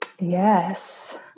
yes